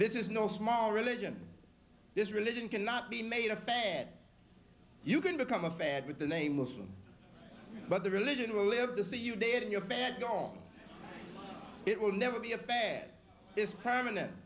this is no small religion this religion cannot be made a bad you can become a bad with the name of islam but the religion will live to see you dead in your bad gong it will never be a bad this permanent